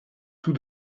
tout